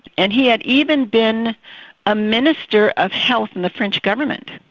and he had even been a minister of health in the french government.